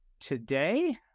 Today